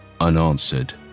unanswered